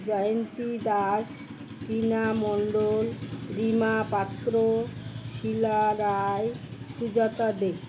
Jayanti Das Tina Mondal Rima Patra Sheela Roy Sujata Dev